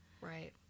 Right